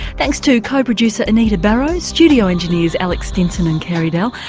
thanks to co-producer anita barraud, studio engineers alex stinson and carey dell,